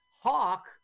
hawk